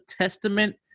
testament